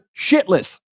shitless